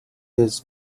his